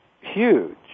huge